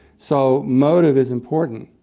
so motive is important.